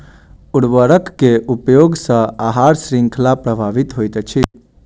उर्वरक के उपयोग सॅ आहार शृंखला प्रभावित होइत छै